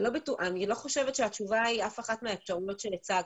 אני לא חושבת שהתשובה היא אחת מהאפשרויות שהצגת.